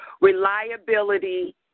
reliability